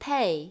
Pay